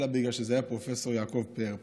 אלא בגלל שזה היה פרופ' יעקב פאר.